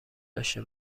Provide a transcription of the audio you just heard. داشته